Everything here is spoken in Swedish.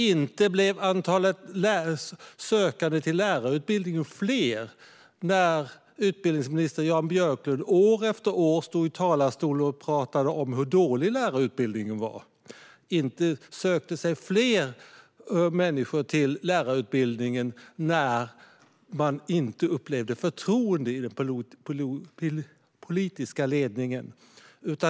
Inte blev de sökande till lärarutbildningen fler när dåvarande utbildningsminister Jan Björklund år efter år stod i talarstolen och talade om hur dålig lärarutbildningen var. Inte sökte sig fler människor till lärarutbildningen när de inte upplevde ett förtroende från den politiska ledningen.